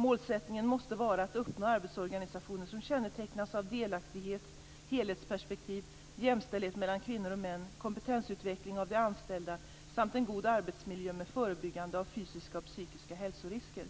Målsättningen måste vara att uppnå arbetsorganisationer som kännetecknas av delaktighet, helhetsperspektiv, jämställdhet mellan kvinnor och män, kompetensutveckling av de anställda samt en god arbetsmiljö med förebyggande av fysiska och psykiska hälsorisker.